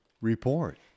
report